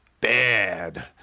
bad